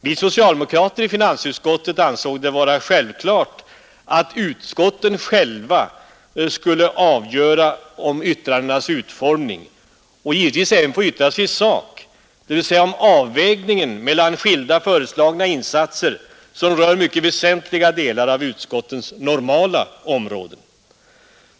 Vi socialdemokrater i finansutskottet ansåg det vara självklart att utskotten själva skulle få avgöra yttrandenas utformning och att de givetvis även skulle få yttra sig i sak, dvs. göra en avvägning mellan olika föreslagna insatser, som rör väsentliga delar av utskottens normala områden.